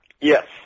Yes